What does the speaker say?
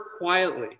quietly